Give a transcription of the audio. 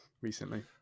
recently